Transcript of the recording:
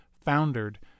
foundered